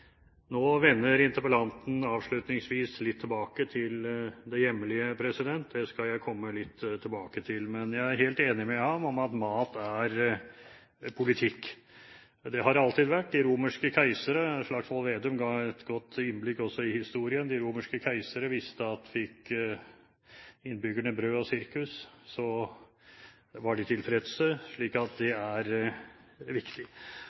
Nå vender interpellanten avslutningsvis litt tilbake til det hjemlige – det skal jeg komme litt tilbake til – men jeg er helt enig med ham i at mat er politikk. Det har det alltid vært. De romerske keisere – Slagsvold Vedum ga et godt innblikk også i historien – visste at fikk innbyggerne brød og sirkus, var de tilfredse. Så det er viktig.